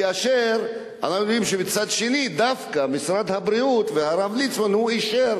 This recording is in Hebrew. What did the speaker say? כאשר מצד שני דווקא משרד הבריאות והרב ליצמן אישרו